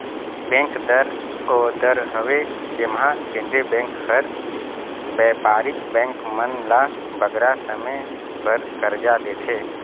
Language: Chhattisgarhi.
बेंक दर ओ दर हवे जेम्हां केंद्रीय बेंक हर बयपारिक बेंक मन ल बगरा समे बर करजा देथे